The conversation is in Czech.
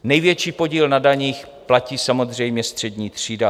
Největší podíl na daních platí samozřejmě střední třída.